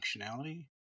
functionality